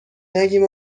نگیم